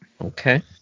Okay